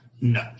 No